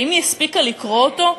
האם היא הספיקה לקרוא אותו?